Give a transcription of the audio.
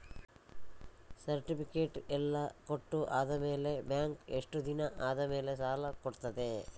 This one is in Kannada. ಸರ್ಟಿಫಿಕೇಟ್ ಎಲ್ಲಾ ಕೊಟ್ಟು ಆದಮೇಲೆ ಬ್ಯಾಂಕ್ ಎಷ್ಟು ದಿನ ಆದಮೇಲೆ ಸಾಲ ಕೊಡ್ತದೆ?